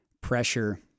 pressure